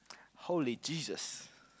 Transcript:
holy Jesus